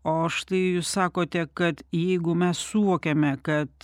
o štai jūs sakote kad jeigu mes suvokiame kad